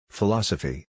Philosophy